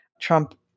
Trump